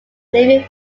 leaving